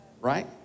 right